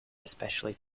especially